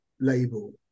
label